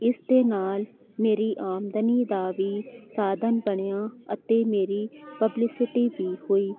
ਇਸ ਦੇ ਨਾਲ ਮੇਰੀ ਆਮਦਨੀ ਦਾ ਵੀ ਸਾਧਨ ਬਣਿਆ ਅਤੇ ਮੇਰੀ ਪਬਲਿਸਿਟੀ ਵੀ ਹੋਈ